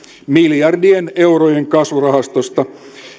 miljardien eurojen kasvurahastosta